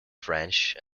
french